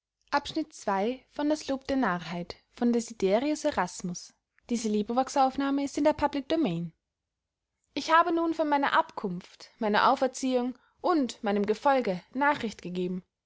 ich habe nun von meiner abkunft meiner auferziehung und meinem gefolge nachricht gegeben